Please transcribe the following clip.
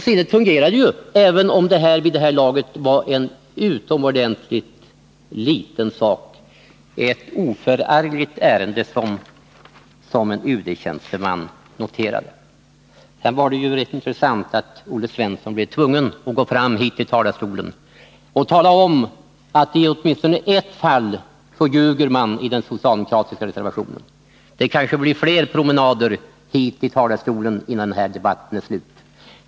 Sinnet fungerade ju, även om ärendet vid det laget var en utomordentligt liten sak — ett oförargligt ärende, som en UD-tjänsteman noterade. Det var rätt intressant att Olle Svensson blev tvungen att gå fram hit till talarstolen och tala om att i åtminstone ett fall ljuger man i den socialdemokratiska reservationen. Kanske blir det fler promenader hit till talarstolen innan den här debatten är slut.